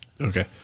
Okay